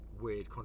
weird